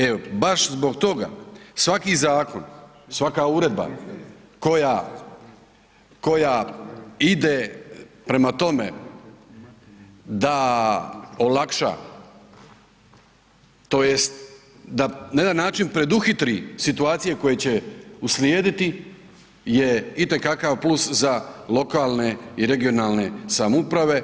E, baš zbog toga, svaki zakon, svaka uredba koja, koja ide prema tome da olakša, tj. da na jedan način preduhitri situacije koje će uslijediti je itekako jedan plus za lokalne i regionalne samouprave